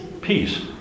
Peace